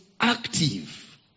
active